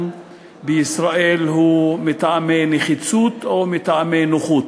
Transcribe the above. בישראל הוא מטעמי נחיצות או מטעמי נוחות.